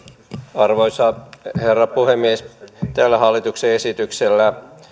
arvoisa herra puhemies tällä hallituksen esityksellä